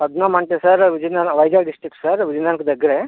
పద్మం అంటే sir Vizianagaram Vizag district sir విజయనగరంకు దగ్గరే